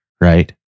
right